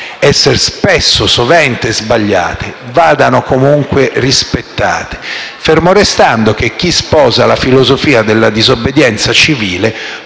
sovente possono essere sbagliate), vadano comunque rispettate, fermo restando che chi sposa la filosofia della disobbedienza civile